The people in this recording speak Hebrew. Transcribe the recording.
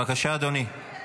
בבקשה, אדוני.